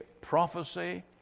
prophecy